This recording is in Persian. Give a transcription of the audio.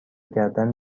کردن